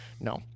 No